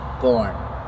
born